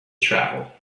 travel